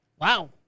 Wow